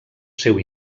seu